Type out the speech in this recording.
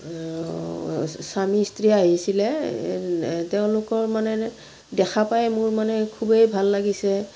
স্বামী স্ত্ৰী আহিছিলে তেওঁলোকৰ মানে দেখা পাই মোৰ মানে খুবেই ভাল লাগিছে